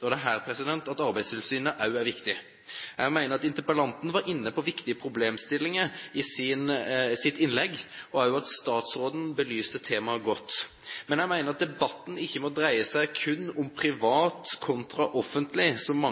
og her er Arbeidstilsynet viktig. Jeg mener at interpellanten var inne på viktige problemstillinger i sitt innlegg, og også at statsråden belyste temaet godt. Men jeg mener at debatten ikke må dreie seg kun om privat kontra offentlig, slik